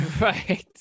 Right